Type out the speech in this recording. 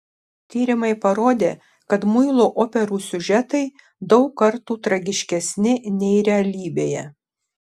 tyrimai parodė kad muilo operų siužetai daug kartų tragiškesni nei realybėje